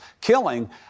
killing